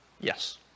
Yes